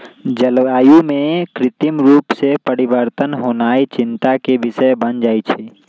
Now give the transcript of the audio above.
जलवायु में कृत्रिम रूप से परिवर्तन होनाइ चिंता के विषय बन जाइ छइ